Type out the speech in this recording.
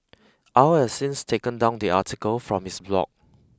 Au has since taken down the article from his blog